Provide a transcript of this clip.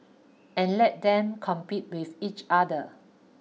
and let them compete with each other